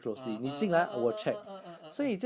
ah uh ah ah ah ah ah ah ah ah ah